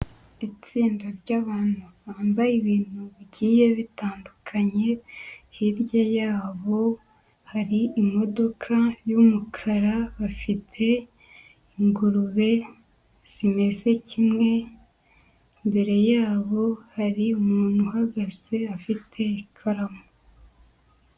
Itsinda ry'abantu bambaye ibintu bigiye bitandukanye, hirya yabo hari imodoka y'umukara, bafite ingurube zimeze kimwe, imbere yabo hari umuntu uhagaze afite ikaramu.